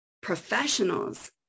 professionals